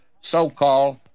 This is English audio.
so-called